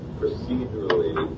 procedurally